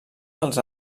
dels